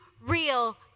real